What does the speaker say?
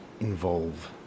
involve